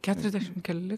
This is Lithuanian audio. keturiasdešim keli